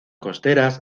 costeras